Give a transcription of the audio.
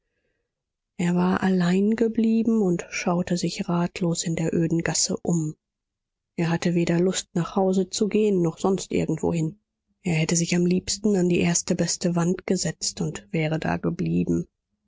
er war allein geblieben und schaute sich ratlos in der öden gasse um er hatte weder lust nach hause zu gehen noch sonst irgendwohin er hätte sich am liebsten an die erste beste wand gesetzt und wäre da geblieben